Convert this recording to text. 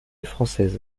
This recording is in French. française